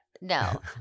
No